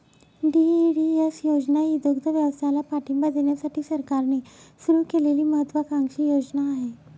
DEDS योजना ही दुग्धव्यवसायाला पाठिंबा देण्यासाठी सरकारने सुरू केलेली महत्त्वाकांक्षी योजना आहे